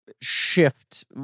shift